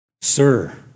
Sir